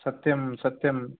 सत्यं सत्यं